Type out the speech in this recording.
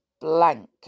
blank